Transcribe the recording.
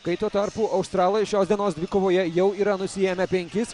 kai tuo tarpu australai šios dienos dvikovoje jau yra nusiėmę penkis